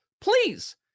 please